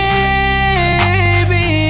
Baby